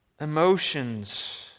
emotions